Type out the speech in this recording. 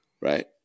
Right